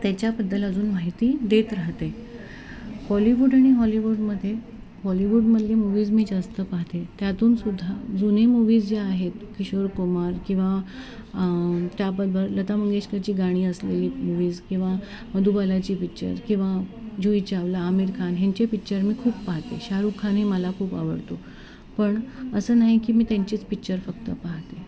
त्याच्याबद्दल अजून माहिती देत राहते हॉलिवूड आणि हॉलिवूडमध्ये हॉलिवूडमधले मूव्हीज मी जास्त पाहाते त्यातूनसुद्धा जुने मूव्हीज ज्या आहेत किशोर कुमार किंवा त्याबद्दल लता मंगेशकरची गाणी असलेली मूव्हीज किंवा मधुबालाची पिक्चर किंवा जुई चावला आमिर खान ह्यांचे पिक्चर मी खूप पाहते शाहरुख खान ही मला खूप आवडतो पण असं नाही की मी त्यांचीच पिक्चर फक्त पाहते